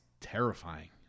terrifying